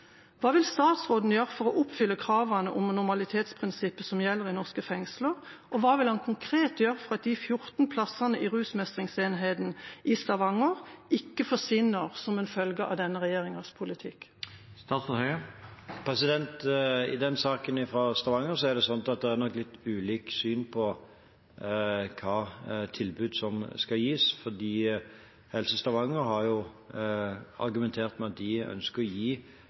Hva vil statsråden gjøre for å oppfylle kravene om normalitetsprinsippet som gjelder i norske fengsler? Og hva vil han konkret gjøre for at de 14 plassene i rusmestringsenheten i Stavanger ikke forsvinner som en følge av denne regjeringas politikk? I den saken fra Stavanger er det nok litt ulikt syn på hvilket tilbud som skal gis. Helse Stavanger har argumentert med at de ønsker å gi